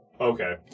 Okay